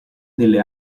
nelle